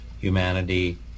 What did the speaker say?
humanity